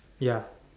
ya